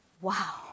Wow